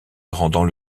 rendant